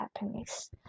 happiness